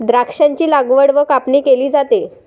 द्राक्षांची लागवड व कापणी केली जाते